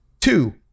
Two